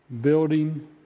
building